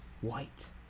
white